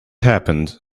happened